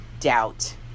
doubt